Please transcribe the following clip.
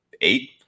eight